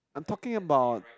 I'm talking about